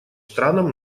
странам